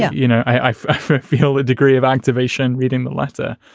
yeah you know, i feel a degree of activation reading the letter.